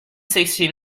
sixty